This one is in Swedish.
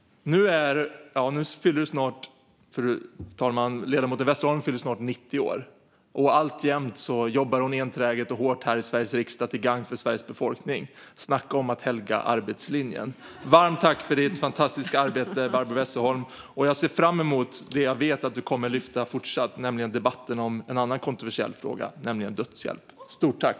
Ledamoten Westerholm fyller snart 90 år, och alltjämt jobbar hon enträget och hårt här i Sveriges riksdag till gagn för Sveriges befolkning. Snacka om att helga arbetslinjen! Varmt tack för ditt fantastiska arbete, Barbro Westerholm! Jag ser fram emot debatten som jag vet att du kommer att fortsätta lyfta och som handlar om en annan kontroversiell fråga, nämligen dödshjälp. Stort tack!